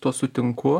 tuo sutinku